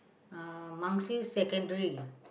uh Mansjuri-Secondary